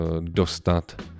dostat